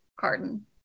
Carden